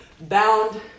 bound